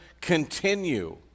continue